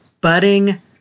budding